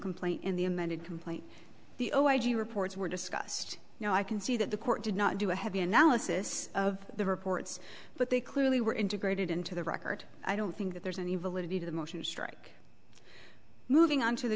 complaint and the amended complaint the zero id reports were discussed no i can see that the court did not do a heavy analysis of the reports but they clearly were integrated into the record i don't think that there's any validity to the motion to strike moving on to the